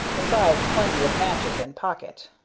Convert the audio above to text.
besides plenty of matches in pocket.